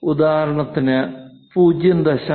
ഉദാഹരണത്തിന് 0